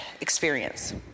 experience